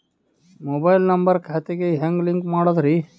Mobile number ಖಾತೆ ಗೆ ಹೆಂಗ್ ಲಿಂಕ್ ಮಾಡದ್ರಿ?